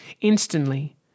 instantly